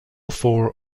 four